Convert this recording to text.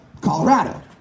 Colorado